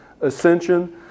ascension